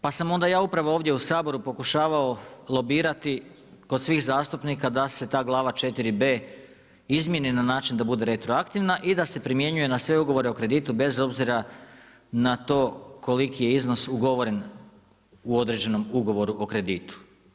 Pa sam ja upravo ovdje u Saboru pokušavao lobirati kod svih zastupnika, da se ta glava 4B izmjeni na način da bude retroaktivna i da se primjenjuje na sve ugovore o kreditu, bez obzira na to koliki je iznos ugovoren u određenom ugovoru o kreditu.